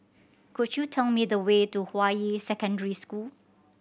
could you tell me the way to Hua Yi Secondary School